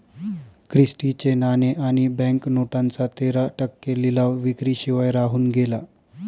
Christie चे नाणे आणि बँक नोटांचा तेरा टक्के लिलाव विक्री शिवाय राहून गेला